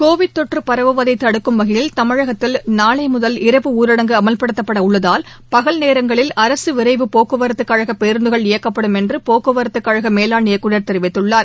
Covid தொற்று பரவுவதைதடுக்கும் வகையில் தமிழகத்தில் நாளைமுதல் இரவு ஊரடங்கு அமல்படுத்தப்படஉள்ளதால் பகல் நேரங்களில் அரசுவிரைவுப் போக்குவரத்துகழகபேருந்துகள் இயக்கப்படும் என்றுபோக்குவரத்துக் கழகமேலாண் இயக்குநர் தெரிவித்துள்ளார்